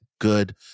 good